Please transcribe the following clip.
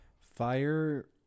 fire